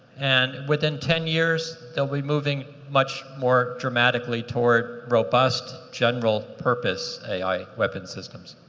and within ten years they'll be moving much more dramatically toward robust general purpose ai weapons systems.